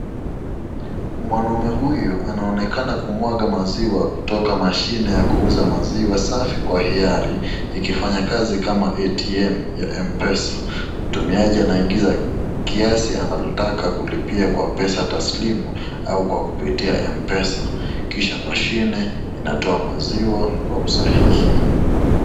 Mwanaume huyu anaonekana kumwaga maziwa kutoka mashini ya kuuza maziwa safi kwa hiari ikifanya kazi kama ATM ya mpesa ,mtumiaji anaingiza kiasi analotaka kulipia kwa pesa taslimu au kwa kupitia mpesa kisha mashini inatoa maziwa kwa usahihi.